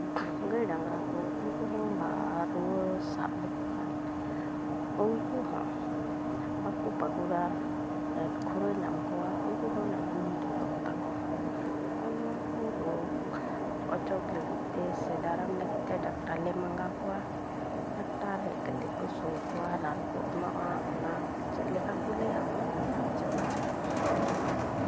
ᱜᱟᱹᱭ ᱰᱟᱝᱨᱟ ᱠᱚ ᱩᱱᱠᱩ ᱦᱚᱸ ᱵᱟ ᱨᱩᱣᱟᱹ ᱥᱟᱵ ᱞᱮᱠᱚ ᱠᱷᱟᱡ ᱩᱱᱠᱩ ᱦᱚᱸ ᱵᱟᱠᱚ ᱯᱟᱹᱜᱩᱨᱟ ᱠᱷᱩᱨᱟᱹ ᱧᱟᱢ ᱠᱚᱣᱟ ᱩᱱᱠᱩ ᱦᱚᱸ ᱱᱟᱱᱟ ᱜᱚᱴᱮᱡ ᱨᱳᱜᱽ ᱛᱟᱠᱚ ᱦᱚᱸᱜᱼᱚ ᱱᱚᱣᱟ ᱠᱚ ᱨᱳᱜᱽ ᱚᱪᱚᱜᱽ ᱞᱟᱹᱜᱤᱫ ᱛᱮ ᱥᱮ ᱫᱟᱨᱟᱢ ᱞᱟᱹᱜᱤᱫ ᱛᱮ ᱰᱟᱠᱛᱟᱨ ᱞᱮ ᱢᱟᱜᱟᱣ ᱠᱚᱣᱟ ᱰᱟᱠᱛᱟᱨ ᱦᱮᱡ ᱠᱚ ᱥᱳᱭ ᱠᱚᱣᱟ ᱨᱟᱱ ᱠᱚ ᱮᱢᱚᱜᱼᱟ ᱚᱱᱟ ᱪᱮᱫ ᱞᱮᱠᱟ ᱠᱚ ᱞᱟᱹᱭᱟ ᱚᱱᱟ ᱵᱷᱟᱵᱮ ᱞᱮ ᱡᱚᱢ ᱦᱚᱪᱚ ᱠᱚᱣᱟ